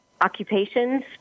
occupations